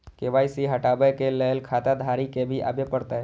KYC हटाबै के लैल खाता धारी के भी आबे परतै?